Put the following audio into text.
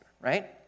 right